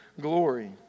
glory